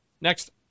Next